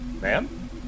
Ma'am